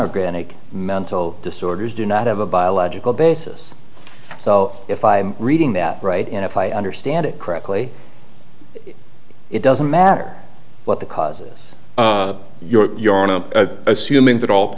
organic mental disorders do not have a biological basis so if i'm reading that right and if i understand it correctly it doesn't matter what the causes you're on a human that all